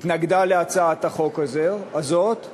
התנגדה להצעת החוק הזאת,